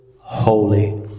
holy